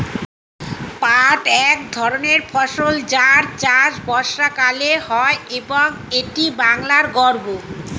পাট এক ধরনের ফসল যার চাষ বর্ষাকালে হয় এবং এটি বাংলার গর্ব